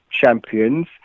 champions